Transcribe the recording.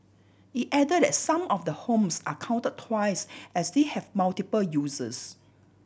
it added that some of the homes are counted twice as they have multiple uses